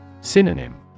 Synonym